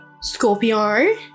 Scorpio